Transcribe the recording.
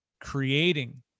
creating